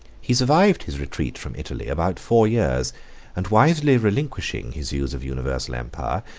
he survived his retreat from italy about four years and wisely relinquishing his views of universal empire,